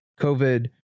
covid